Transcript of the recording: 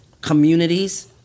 communities